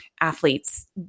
athletes